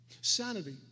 Sanity